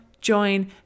join